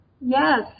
Yes